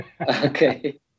Okay